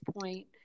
point